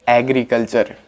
agriculture